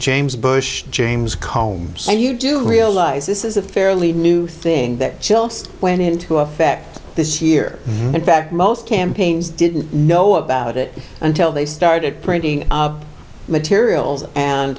james bush james colmes and you do realize this is a fairly new thing that chill went into effect this year in fact most campaigns didn't know about it until they started printing materials and